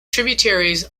tributaries